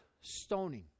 stoning